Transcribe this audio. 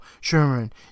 Sherman